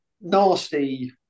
nasty